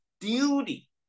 duty